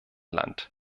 land